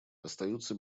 остаются